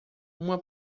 uma